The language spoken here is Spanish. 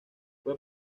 fue